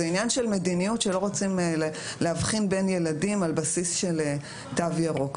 זה עניין של מדיניות שלא רוצים להבחין בין ילדים על בסיס של תו ירוק,